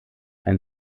ein